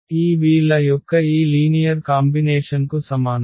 ఈ v ల యొక్క ఈ లీనియర్ కాంబినేషన్ కు సమానం